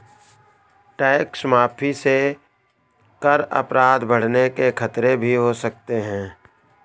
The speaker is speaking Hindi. टैक्स माफी से कर अपराध बढ़ने के खतरे भी हो सकते हैं